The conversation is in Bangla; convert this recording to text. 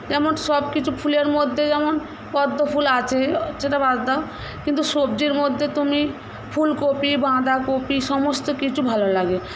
যেমন সবকিছু ফুলের মধ্যে যেমন পদ্মফুল আছে সেটা বাদ দাও কিন্তু সবজির মধ্যে তুমি ফুলকপি বাঁধাকপি সমস্ত কিছু ভালো লাগে